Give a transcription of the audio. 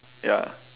ya